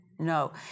No